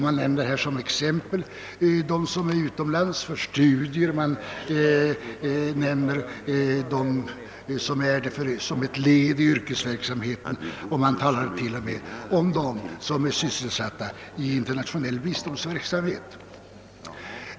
Man nämner som exempel personer som är utomlands för studier eller som ett led i sin yrkesverksamhet och personer som är sysselsatta i internationell biståndsverksamhet.